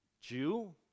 Jew